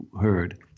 heard